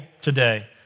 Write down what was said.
today